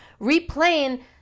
replaying